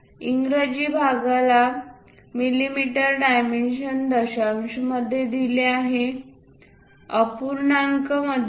इंग्रजी भागाला मिमी डायमेन्शन दशांशमध्ये दिले आहे अपूर्णांक मध्ये नाही